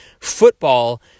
Football